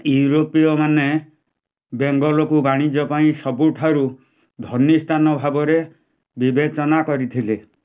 ୟୁରୋପୀୟମାନେ ବେଙ୍ଗଲକୁ ବାଣିଜ୍ୟ ପାଇଁ ସବୁଠାରୁ ଧନୀ ସ୍ଥାନ ଭାବରେ ବିବେଚନା କରିଥିଲେ